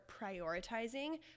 prioritizing